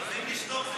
אז אם נשתוק,